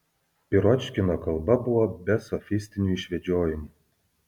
piročkino kalba buvo be sofistinių išvedžiojimų